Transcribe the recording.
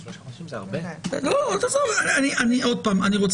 אני מודיע